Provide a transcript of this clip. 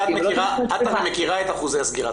את מכירה את אחוזי סגירת